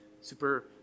super